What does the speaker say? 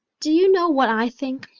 do you know what i think?